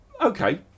Okay